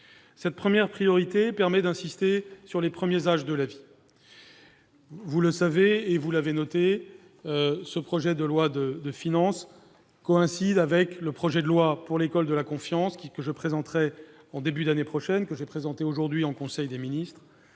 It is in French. Cette priorité me permet d'insister sur l'importance des premiers âges de la vie. Vous l'avez noté, ce projet de loi de finances coïncide avec le projet de loi pour une école de la confiance, que je présenterai en début d'année prochaine et que j'ai présenté aujourd'hui en conseil des ministres.